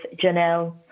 Janelle